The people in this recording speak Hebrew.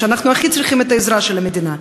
כשאנחנו הכי צריכים את העזרה של המדינה,